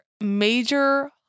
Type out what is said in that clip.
major